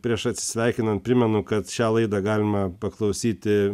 prieš atsisveikinant primenu kad šią laidą galima paklausyti